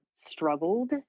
struggled